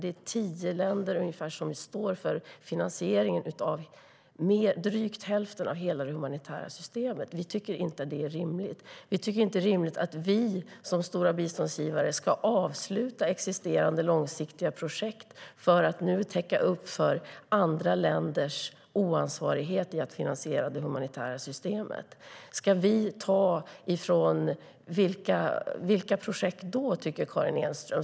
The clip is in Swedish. Det är ungefär tio länder som står för finansieringen av drygt hälften av hela det humanitära systemet. Vi tycker inte att det är rimligt. Vi tycker inte att det är rimligt att vi som stora biståndsgivare ska avsluta existerande långsiktiga projekt för att nu täcka upp för andra länders oansvarighet i fråga om att finansiera det humanitära systemet. Vilka projekt tycker Karin Enström att vi ska ta från?